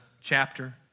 chapter